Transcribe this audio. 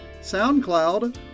SoundCloud